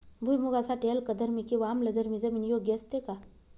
भुईमूगासाठी अल्कधर्मी किंवा आम्लधर्मी जमीन योग्य असते का?